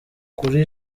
kuri